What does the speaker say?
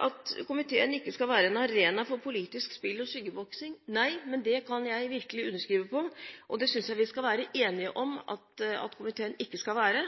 at komiteen ikke skal være «en arena for politisk spill og skyggeboksing». Det kan jeg virkelig underskrive på, og det synes jeg vi skal være enige om at komiteen ikke skal være,